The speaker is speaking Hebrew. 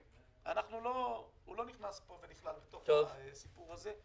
הוא לא נכנס פה ונכלל בתוך הסיפור הזה.